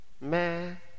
man